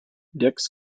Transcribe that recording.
dix